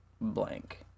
blank